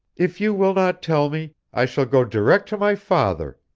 if you will not tell me, i shall go direct to my father,